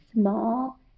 small